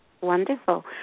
Wonderful